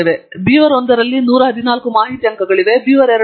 beaver 1 ನಲ್ಲಿ 114 ಮಾಹಿತಿ ಅಂಕಗಳಿವೆ ಬೀವರ್ 2 ನಲ್ಲಿ 100 ಡೇಟಾ ಬಿಂದುಗಳಿವೆ